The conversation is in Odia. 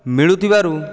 ମିଳୁଥିବାରୁ